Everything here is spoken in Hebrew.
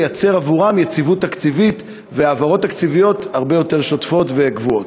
לייצר עבורם יציבות תקציבית והעברות תקציביות הרבה יותר שוטפות וקבועות?